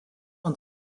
ant